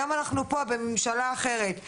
היום אנחנו פה בממשלה אחרת.